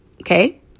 Okay